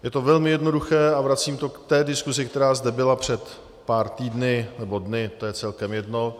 Je to velmi jednoduché, a vracím to k té diskusi, která zde byla před pár týdny, nebo dny, to je celkem jedno.